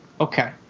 Okay